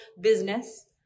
business